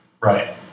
Right